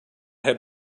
have